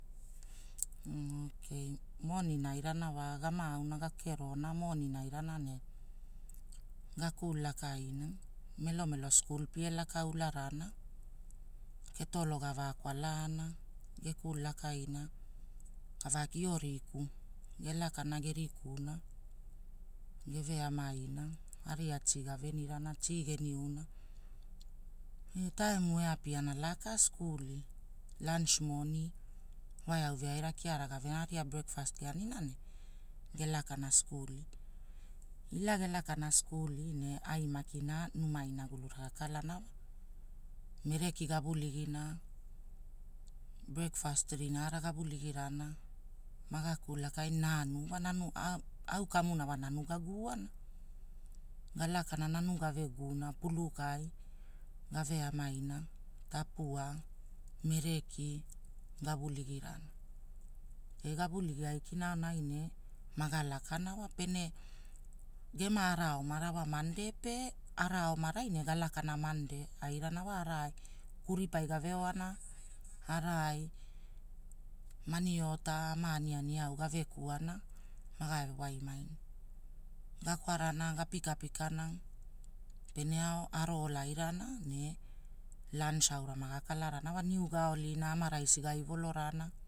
Ookeii monin airana wa gamaauna gekerona monin airana ne, gaku lakaina, melomelo skul pia laka ularana, ketolo gavaa kwalaana, geku lakaina, io riku gelakana gerikuna geveamaina. Garia tii gavenirana tii geniuna, ee taemu eapiana laka skuli, laanch moni, wae au veaira kiara, aria brekfaast geanina ne, gelakana skuli. Ila gelakana skuli ne ai maki numa unagulura gakalana wa, mereki gavuligina, brekfaast rinaara ga vuligina, maga kulakaina, noo au kamuna wa nanu gaguana. Galakana anu gave guna pulukai, aveamania tapua mereki gavuligi rana, pe gaguligi aikina aonai ne maga lakana wa pene, gema ara omara wa Mandei pe araai, kuripaigai gave oana araai, maniota ama ani ani eau gave kuana, magave waimaina. Gakwarana gapikapikana, pene ao aro ola airana ne laanch aura maga kalarana niu gaolina gama raisi gaiwolorana.